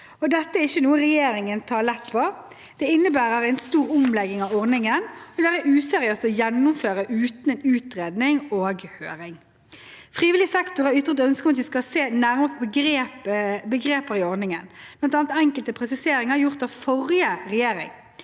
Dette er ikke noe regjeringen tar lett på. Det innebærer en stor omlegging av ordningen og vil være useriøst å gjennomføre uten en utredning og høring. Frivillig sektor har ytret ønske om at vi skal se nærmere på begreper i ordningen, bl.a. enkelte presiseringer gjort av forrige regjering.